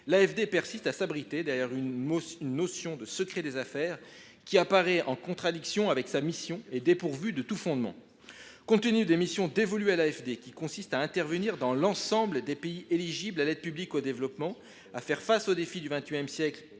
l’AFD persiste à s’abriter derrière une notion de secret des affaires qui apparaît en contradiction avec sa mission et dépourvue de tout fondement. Compte tenu de ses missions, l’AFD est amenée à intervenir dans l’ensemble des pays éligibles à l’aide publique au développement, à faire face aux défis du XXI siècle